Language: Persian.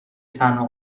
تنها